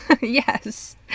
Yes